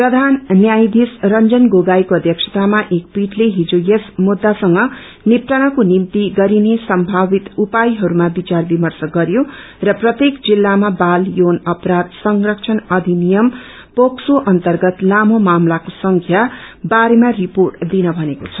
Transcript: प्रधान न्यायाधीश रंजन गोगोईको अध्याक्षतामा एक पीठले हिज यस मुद्दासँग निप्टनको निम्ति गरिने सम्भावित उपायहरूमा विचार विमर्श गरयो र प्रत्येक जिल्लामा बाल यौन अपराय संरक्षण अधिनियम पोकसो अन्तर्गत लामो मामिलाको संख्या बारेमा रिपोर्ट दिन भनेको छ